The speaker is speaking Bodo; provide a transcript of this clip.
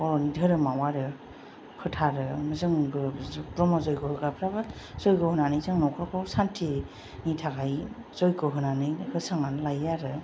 बर'नि धोरोमाव आरो फोथारो जों ब्रह्म जग्य होग्राफ्राबो जग्य होनानै जों न'खरखौ सान्थिनि थाखाय जग्य होनानै फोसाबनानै लायो आरो